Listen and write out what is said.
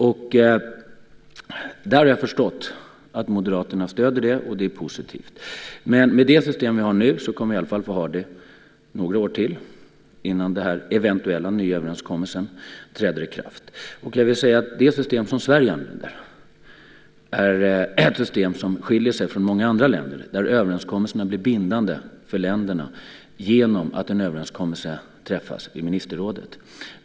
Jag har förstått att Moderaterna stöder det, och det är positivt, men det system som vi har nu kommer vi i alla fall att få ha några år till innan den eventuella nya överenskommelsen träder i kraft. Jag vill säga att det system som Sverige använder skiljer sig från många andra länders system, där överenskommelserna blir bindande för länderna genom att en överenskommelse träffas i ministerrådet.